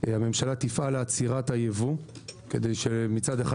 הממשלה תפעל לעצירת הייבוא כדי שמצד אחד,